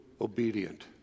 obedient